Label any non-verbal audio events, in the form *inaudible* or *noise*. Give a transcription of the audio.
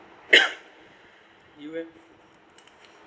*coughs* you have